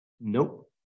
nope